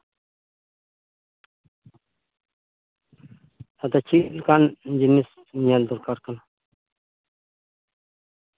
ᱟᱫᱚ ᱪᱮᱫᱞᱮᱠᱟᱱ ᱡᱤᱱᱤᱥ ᱧᱮᱞ ᱫᱚᱨᱠᱟᱨ ᱠᱟᱱᱟ